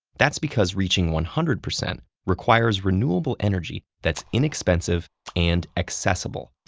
that's because reaching one hundred percent requires renewable energy that's inexpensive and accessible.